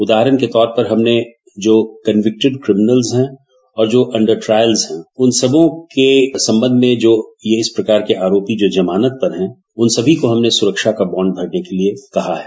उदाहरण के तौर पर हमने जो मनविक्टिड क्रिमनल है और दो अण्डर ट्रायलर्स है उन सबको संबंध में जो इस प्रकार के आरोपी जमानत पर है उन सभो को हमने सुरक्षा का बाण्ड भरने के लिये कहा है